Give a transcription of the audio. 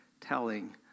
telling